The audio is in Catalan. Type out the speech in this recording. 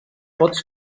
pots